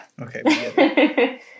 okay